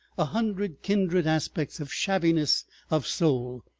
a hundred kindred aspects of shabbiness of soul,